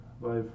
life